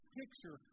picture